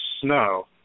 snow